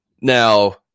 Now